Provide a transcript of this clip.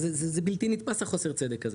זה בלתי נתפס חוסר הצדק הזה.